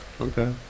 Okay